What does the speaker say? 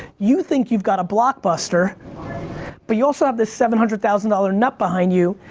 you think you've got a blockbuster but you also have this seven hundred thousand dollars nut behind you.